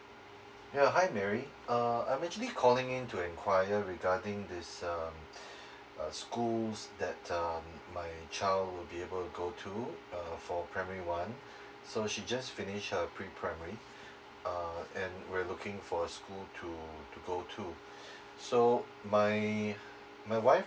ya hi mary uh I'm actually calling in to enquire regarding this um uh schools that um my child will be able to go to uh for primary one so she just finished a pre primary uh and we're looking for school to go to so my my wife